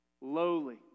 lowly